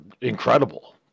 incredible